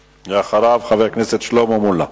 ואחריו, חבר הכנסת שלמה מולה.